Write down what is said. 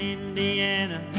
Indiana